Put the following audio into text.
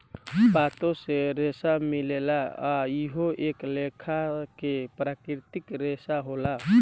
पातो से रेसा मिलेला आ इहो एक लेखा के प्राकृतिक रेसा होला